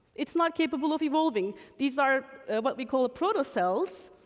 it's not capable of evolving. these are what we call proto-cells.